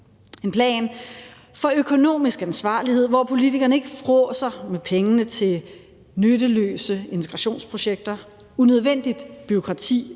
en plan for økonomisk ansvarlighed, hvor politikerne ikke fråser med pengene til nytteløse integrationsprojekter, unødvendigt bureaukrati